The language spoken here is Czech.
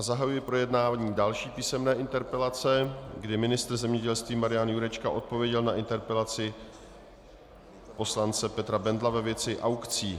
Zahajuji projednávání další písemné interpelace, kdy ministr zemědělství Marian Jurečka odpověděl na interpelaci poslance Petra Bendla ve věci aukcí.